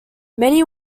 many